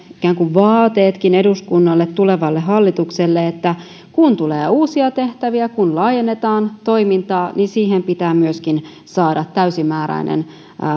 ikään kuin vaateetkin eduskunnalle ja tulevalle hallitukselle kun tulee uusia tehtäviä kun laajennetaan toimintaa niin siihen pitää myöskin saada täysimääräinen